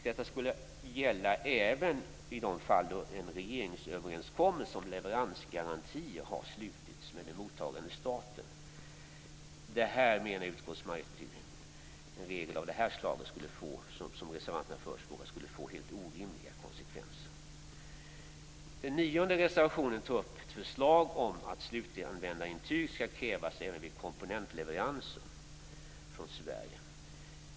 Detta skulle även gälla i de fall då en regeringsöverenskommelse om leveransgarantier slutits med den mottagande staten. Utskottsmajoriteten menar att en regel av det slag som reservanterna förespråkar skulle få orimliga konsekvenser. I den nionde reservationen tar man upp ett förslag om att slutanvändarintyg skall krävas även vid komponentleveranser från Sverige.